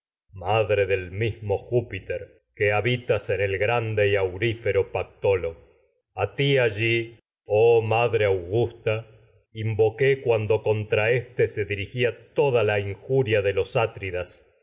madre del mismo júpiter a ti que habitas madre en el grande y aurífero pactólo allí se oh augusta invoqué cuando contra éste dirigía toda la injuria de los